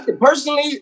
personally